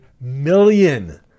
million